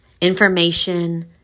information